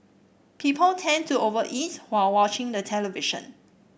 people tend to over eat while watching the television